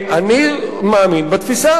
אני מאמין בתפיסה הזו.